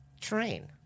train